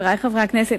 חברי חברי הכנסת,